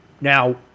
Now